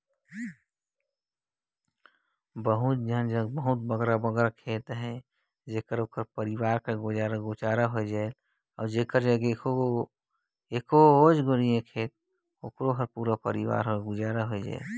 कइयो झन जग खेत खाएर रहेल ता ओतना भी नी रहें जेकर ले ओकर पूरा परिवार कर गुजर होए सके